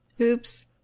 Oops